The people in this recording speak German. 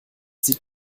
sieht